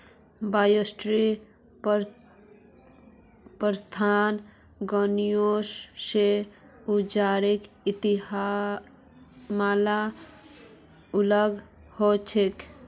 bioshelter पारंपरिक greenhouse स ऊर्जार इस्तमालत अलग ह छेक